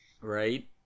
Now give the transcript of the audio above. Right